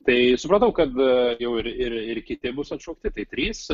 tai supratau kad jau ir ir ir kiti bus atšaukti tai trys